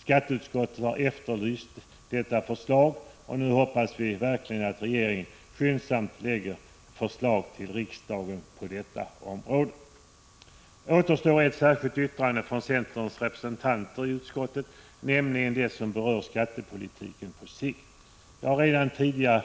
Skatteutskottet har efterlyst detta förslag, och nu hoppas vi verkligen att regeringen skyndsamt framlägger förslag till riksdagen på detta område. Återstår ett särskilt yttrande från centerns representant i utskottet, nämligen det som berör skattepolitiken på sikt. Jag har redan tidigare